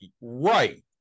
right